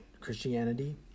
Christianity